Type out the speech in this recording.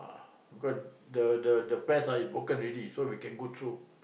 because the the the fence is broken already so we can go through